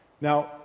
Now